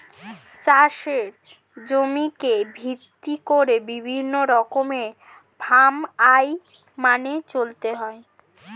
চাষের জমিকে ভিত্তি করে বিভিন্ন রকমের ফার্ম আইন মেনে চলতে হয়